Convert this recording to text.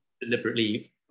deliberately